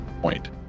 point